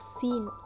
seen